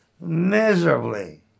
miserably